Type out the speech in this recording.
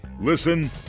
Listen